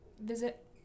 visit